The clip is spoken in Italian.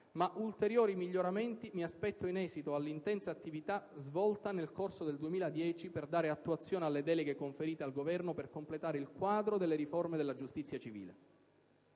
ma ulteriori miglioramenti mi aspetto in esito all'intensa attività svolta nel corso del 2010 per dare attuazione alle deleghe conferite al Governo per completare il quadro delle riforme della giustizia civile.